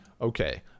Okay